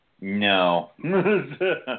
No